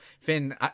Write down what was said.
Finn